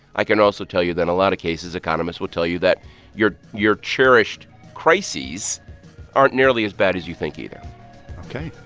i can also tell you that in a lot of cases, economists will tell you that your your cherished crises aren't nearly as bad as you think either ok.